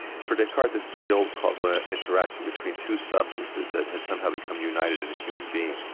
for descartes this is a real causal ah interaction between two substances that had somehow become united in human being.